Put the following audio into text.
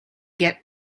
get